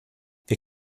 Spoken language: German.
wir